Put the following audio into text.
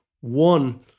one